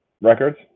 records